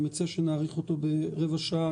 אני מציע שנאריך אותו ברבע שעה.